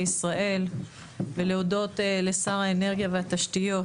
ישראל ולהודות לשר האנרגיה והתשתיות,